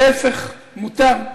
להפך, מותר.